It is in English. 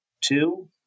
two